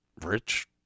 rich